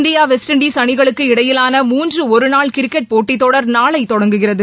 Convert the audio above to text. India West Indies அணிகளுக்கு இடையிலான மூன்று ஒருநாள் கிரிக்கெட் போட்டித் தொடர் நாளை தொடங்குகிறது